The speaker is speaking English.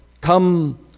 come